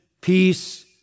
peace